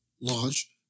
launch